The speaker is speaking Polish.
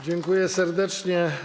Dziękuję serdecznie.